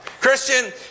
christian